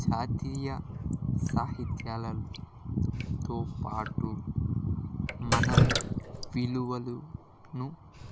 జాతీయ సాహిత్యాలతో పాటు మన విలువలను